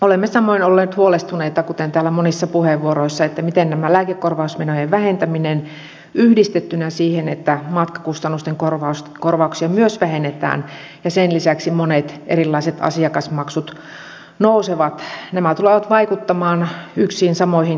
olemme samoin olleet huolestuneita kuten täällä monissa puheenvuoroissa on oltu siitä miten tämä lääkekorvausmenojen vähentäminen yhdistettynä siihen että myös matkakustannusten korvauksia vähennetään ja että sen lisäksi monet erilaiset asiakasmaksut nousevat tulee vaikuttamaan yksiin samoihin ihmisiin